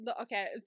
Okay